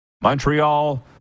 Montreal